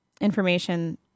information